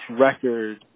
record